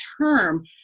term